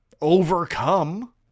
overcome